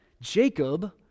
Jacob